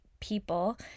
people